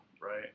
right